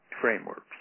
frameworks